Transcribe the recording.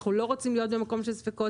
אנחנו לא רוצים להיות במקום של ספקות.